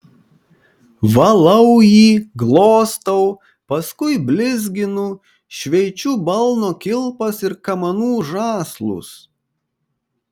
valau jį glostau paskui blizginu šveičiu balno kilpas ir kamanų žąslus